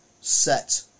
set